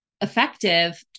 effective